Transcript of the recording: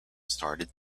started